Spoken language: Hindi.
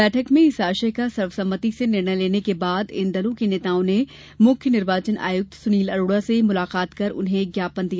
बैठक में इस आशय का सर्वसम्मति से निर्णय लेने के बाद इन दलों के नेताओं ने मुख्य निर्वाचन आयुक्त सुनील अरोड़ा से मुलाकात कर उन्हें एक ज्ञापन दिया